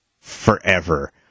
forever